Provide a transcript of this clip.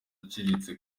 aciriritse